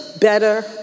better